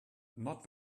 not